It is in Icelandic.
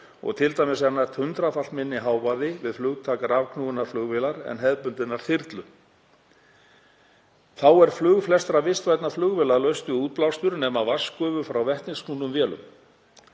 og t.d. er nær hundraðfalt minni hávaði við flugtak rafknúinnar flugvélar en hefðbundinnar þyrlu. Þá er flug flestra vistvænna flugvéla laust við útblástur nema vatnsgufu frá vetnisknúnum vélum.